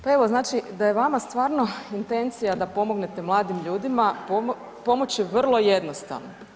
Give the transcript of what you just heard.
Pa evo znači da je vama stvarno intencija da pomognete mladim ljudima, pomoći je vrlo jednostavno.